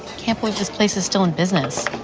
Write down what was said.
can't believe this place is still in business.